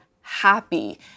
happy